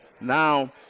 now